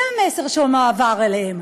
זה המסר שמועבר אליהם.